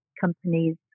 companies